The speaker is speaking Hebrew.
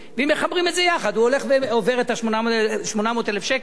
ואם מחברים את זה יחד הוא עובר את 800,000 השקלים.